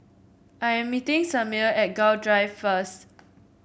I am meeting Samir at Gul Drive first